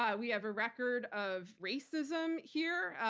um we have a record of racism here.